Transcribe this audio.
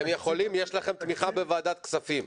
אתם יכולים, יש לכם תמיכה בוועדת כספים.